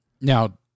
now